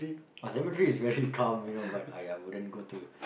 !wah! cemetery is very calm you know but I yeah wouldn't go to